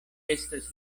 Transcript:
estas